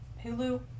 Hulu